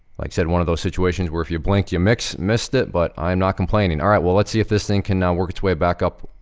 like said, one of those situations where if you blink, you missed missed it, but, i'm not complaining. all right, well, let's see if this thing can work its way back up,